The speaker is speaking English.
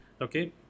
okay